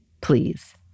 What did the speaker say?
Please